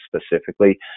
specifically